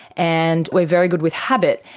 and we are very good with habit.